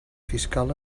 fiscal